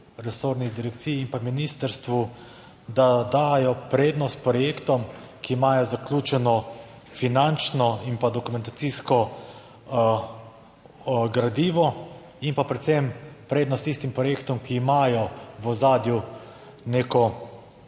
resorni direkciji in pa ministrstvu, da dajo prednost projektom, ki imajo zaključeno finančno in pa dokumentacijsko gradivo in pa predvsem prednost tistim projektom, ki imajo v ozadju neko